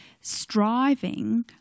striving